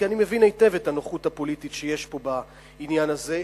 כי אני מבין היטב את הנוחות הפוליטית שיש פה בעניין הזה,